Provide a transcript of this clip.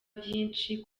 vyinshi